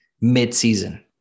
mid-season